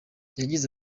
yagize